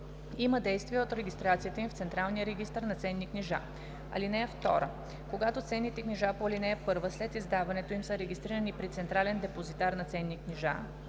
има действие от регистрацията им в централния регистър на ценни книжа. (2) Когато ценните книжа по ал. 1 след издаването им са регистрирани при централен депозитар на ценни книжа,